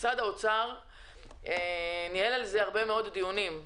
משרד האוצר ניהל על זה הרבה מאוד דיונים,